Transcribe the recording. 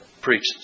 preached